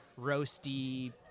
roasty